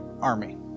army